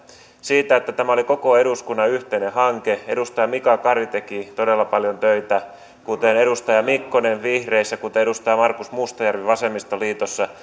siitä että tämä oli koko eduskunnan yhteinen hanke edustaja mika kari teki todella paljon töitä kuten edustaja mikkonen vihreissä ja kuten edustaja markus mustajärvi vasemmistoliitossa